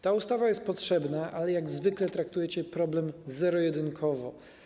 Ta ustawa jest potrzebna, ale jak zwykle traktujecie problem zerojedynkowo.